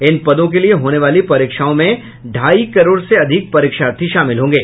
इन पदों के लिये होने वाली परीक्षाओं में ढाई करोड़ से अधिक परीक्षार्थी शामिल होंगे